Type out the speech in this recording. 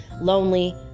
lonely